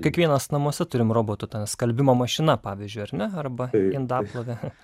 kiekvienas namuose turim robotą ten skalbimo mašina pavyzdžiui ar ne arba indaplovė